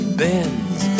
bends